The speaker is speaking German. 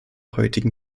heutigen